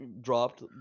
dropped